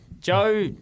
Joe